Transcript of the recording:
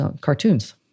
cartoons